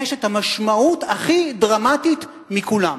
יש המשמעות הכי דרמטית מהכול.